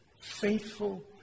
Faithful